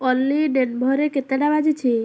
ଅଲି ଡେନଭର୍ରେ କେତେଟା ବାଜିଛି